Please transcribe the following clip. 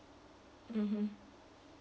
mmhmm